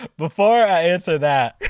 before i answer that,